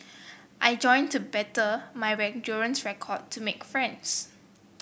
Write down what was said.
I joined to better my endurance record to make friends